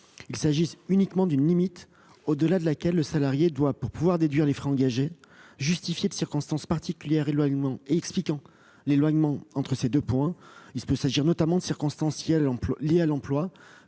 Il s'agit uniquement d'une limite au-delà de laquelle le salarié doit, pour pouvoir déduire les frais engagés, justifier de circonstances particulières d'éloignement, expliquant l'éloignement entre ces deux points. Il peut s'agir notamment de circonstances liées à l'emploi,